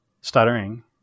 stuttering